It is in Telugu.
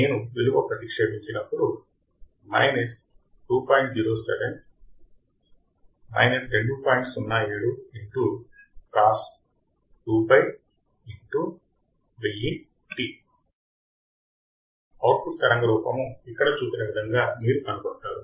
నేను విలువ ప్రతిక్షీపించినప్పుడు అవుట్పుట్ తరంగరూపము ఇక్కడ చూపిన విధముగా మీరు కనుగొంటారు